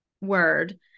word